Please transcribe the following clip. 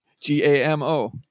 G-A-M-O